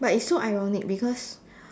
but it's so ironic because